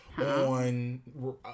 on